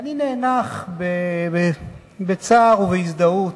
אני נאנח בצער ובהזדהות,